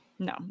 No